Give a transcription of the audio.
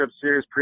Series